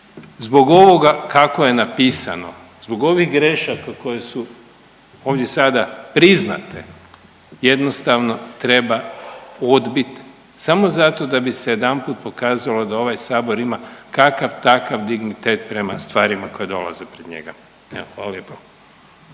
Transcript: zbog ovoga kako je napisano, zbog ovih grešaka koje su ovdje sada priznate jednostavno treba odbit samo zato da bi se jedanput pokazalo da ovaj Sabor ima kakav takav dignitet prema stvarima koje dolaze pred njega. Evo hvala lijepo.